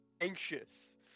anxious